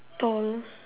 tall